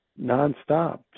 nonstop